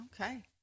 okay